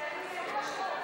התשע"ה